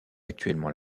actuellement